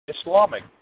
Islamic